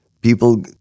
People